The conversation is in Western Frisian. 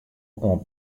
oan